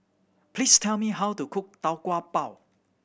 please tell me how to cook Tau Kwa Pau